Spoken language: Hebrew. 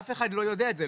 אף אחד לא יודע את זה,